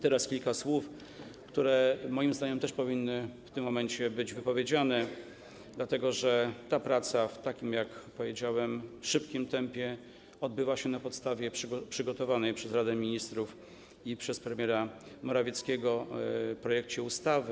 Teraz kilka słów, które - moim zdaniem - powinny w tym momencie być wypowiedziane, dlatego że praca w takim, jak powiedziałem, szybkim tempie odbywa się na podstawie przygotowanego przez Radę Ministrów i przez premiera Morawieckiego projektu ustawy.